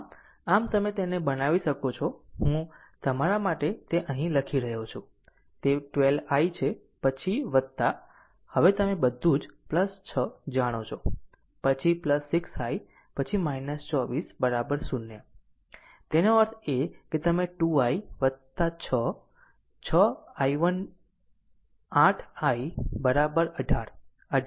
આમ આમ તમે તેને બનાવી શકો છો હું તમારા માટે તે અહીં લખી રહ્યો છું તે 12 i છે પછી હવે તમે બધું જ 6 જાણો છો પછી 6 I પછી 24 0 તેનો અર્થ એ કે તમે 2 i 6 6 i18 i 18 18 i અઢાર